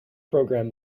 program